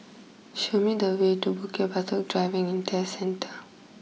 show me the way to Bukit Batok Driving and Test Centre